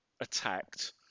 attacked